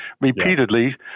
repeatedly